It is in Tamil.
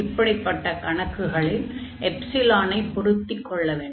இப்படிப்பட்ட கணக்குகளில் எப்சிலானை பொருத்திக் கொள்ள வேண்டும்